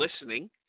listening